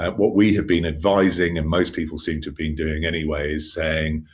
and what we have been advising and most people seem to be doing anyway is saying,